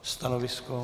Stanovisko?